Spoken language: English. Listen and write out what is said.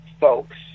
folks